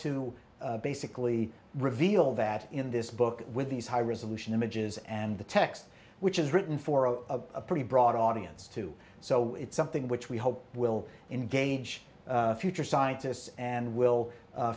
to basically reveal that in this book with these high resolution images and the text which is written for a pretty broad audience too so it's something which we hope will engage future scientists and will